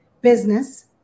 business